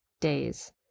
days